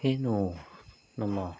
ಏನು ನಮ್ಮ